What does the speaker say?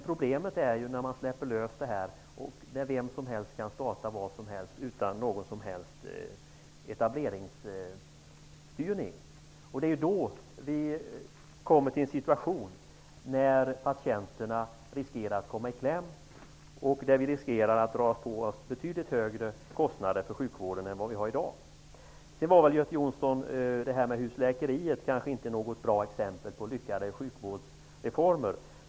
Problemet när man släpper lös detta är att vem som helst kan starta vad som helst utan någon som helst etableringsstyrning. Då uppstår en situation då patienterna riskerar att komma i kläm och då vi riskerar att dra på oss betydligt högre kostnader för sjukvården än vi har i dag. Husläkeriet, Göte Jonsson, var kanske inte något bra exempel på en lyckad sjukvårdsreform.